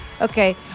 okay